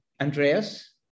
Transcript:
Andreas